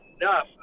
enough